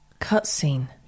cutscene